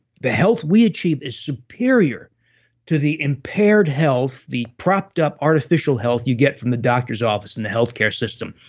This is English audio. the health we achieve is superior to the impaired health, the propped-up artificial health you get from the doctors office and the healthcare system.